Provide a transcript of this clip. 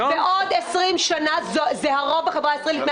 בעוד 20 שנה זה יהיה הרוב בחברה הישראלית,